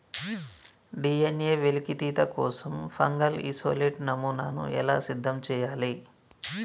DNA వెలికితీత కోసం fungal isolate నమూనాను ఎలా సిద్ధం చెయ్యాలి?